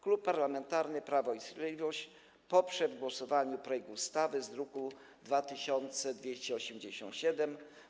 Klub Parlamentarny Prawo i Sprawiedliwość poprze w głosowaniu projekt ustawy z druku nr 2287.